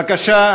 בבקשה,